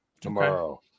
tomorrow